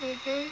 mmhmm